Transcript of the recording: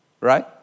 right